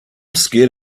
scared